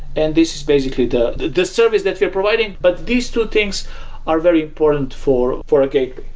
and this is basically the the service that we are providing, but these two things are very important for for a gateway.